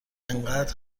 اینقد